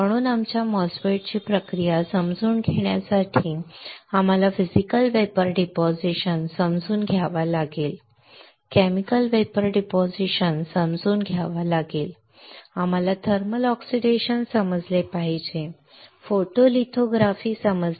म्हणून आमच्या MOSFET ची प्रक्रिया समजून घेण्यासाठी आम्हाला फिजिकल वेपर डिपॉझिशन समजून घ्यावा लागला आम्हाला केमिकल वेपर डिपॉझिशन समजून घ्यावा लागला आम्हाला थर्मल ऑक्सिडेशन समजले पाहिजे आम्हाला फोटोलिथोग्राफी बरोबर समजली पाहिजे